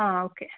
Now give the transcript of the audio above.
ആ ഓക്കെ